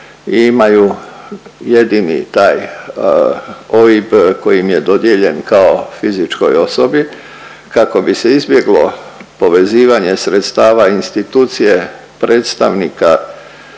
imaju jedini taj OIB koji im je dodijeljen kao fizičkoj osobi kako bi se izbjeglo povezivanje sredstava i institucije predstavnika